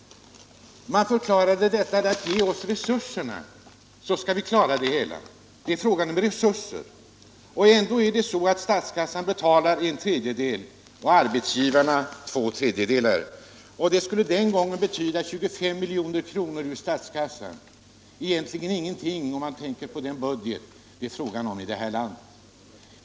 Man sade att får vi bara resurserna, så skall vi klara det hela. Ändå är det så att statskassan betalar en tredjedel och arbetsgivarna två tredjedelar. Ett bifall till vårt förslag skulle den gången betyda en extra utgift på 25 milj.kr. ur statskassan. Det är ju egentligen ingenting med hänsyn till storleken på den budget vi har i det här landet.